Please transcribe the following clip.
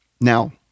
Now